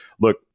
look